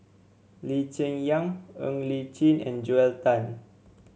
Lee Cheng Yan Ng Li Chin and Joel Tan